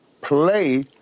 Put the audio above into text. play